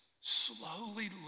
slowly